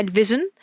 vision